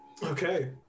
Okay